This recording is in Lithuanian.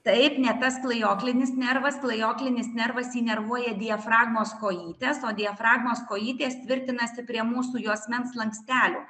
taip ne tas klajoklinis nervas klajoklinis nervas įnervuoja diafragmos kojytes o diafragmos kojytės tvirtinasi prie mūsų juosmens slankstelio